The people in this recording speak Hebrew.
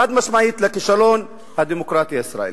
חד-משמעית, לכישלון הדמוקרטיה הישראלית.